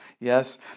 yes